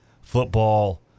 football